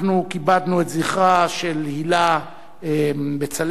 כיבדנו את זכרה של הילה בצלאלי,